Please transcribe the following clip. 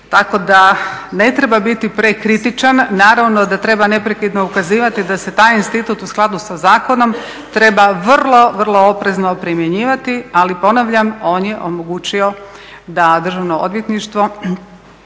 Tako da ne treba biti prekritičan, naravno da treba neprekidno ukazivati da se taj institut u skladu sa zakonom treba vrlo, vrlo oprezno primjenjivati ali ponavljam on je omogućio da Državno odvjetništvo,